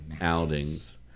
outings